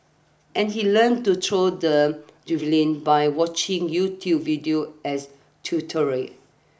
and he learnt to throw the javelin by watching YouTube videos as tutorial